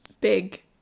big